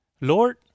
Lord